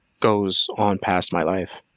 goes on past my life.